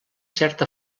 certa